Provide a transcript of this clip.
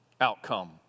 outcome